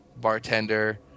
bartender